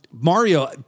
Mario